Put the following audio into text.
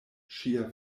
ŝia